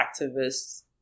activists